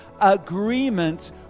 agreement